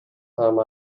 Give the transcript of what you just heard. time